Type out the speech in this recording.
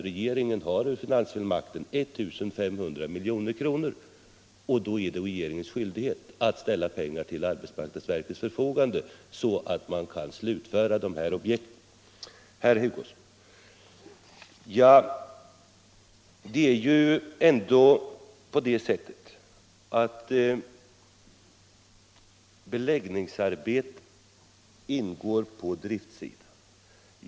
Regeringen har en finansfullmakt på 1 500 milj.kr., och då är det regeringens skyldighet att ställa pengar till arbetsmarknadsverkets förfogande så att man kan slutföra dessa objekt. Beläggningsarbeten, herr Hugosson, ingår på driftsidan.